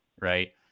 right